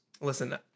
Listen